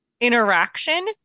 interaction